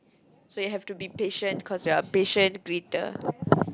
so you have to be patient cause you're a patient greeter